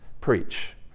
preach